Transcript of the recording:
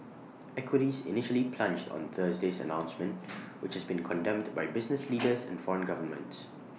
equities initially plunged on Thursday's announcement which has been condemned by business leaders and foreign governments